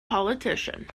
politician